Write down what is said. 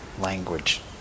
language